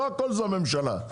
לא הכול זו הממשלה,